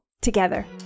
together